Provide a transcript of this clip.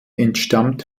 entstammt